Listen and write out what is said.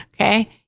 Okay